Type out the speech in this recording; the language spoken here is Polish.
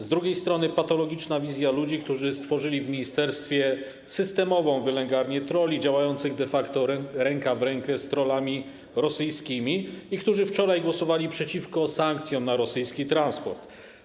Z drugiej strony, patologiczna wizja ludzi, którzy stworzyli w ministerstwie systemową wylęgarnię trolli działających de facto ręka w rękę z trollami rosyjskimi i którzy wczoraj głosowali przeciwko sankcjom na rosyjski transport.